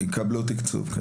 כן, יקבלו תקצוב.